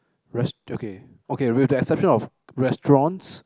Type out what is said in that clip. rest~ okay okay with the exception of restaurants